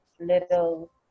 little